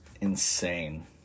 insane